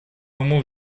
ему